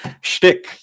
shtick